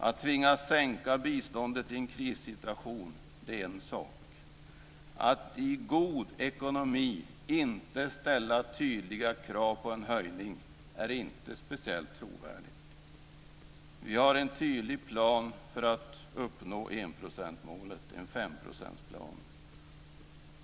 Att tvingas sänka biståndet i en krissituation är en sak men att i en god ekonomi inte ställa tydliga krav på en höjning är inte speciellt trovärdigt. Vi har en tydlig plan, en femårsplan, för att uppnå enprocentsmålet.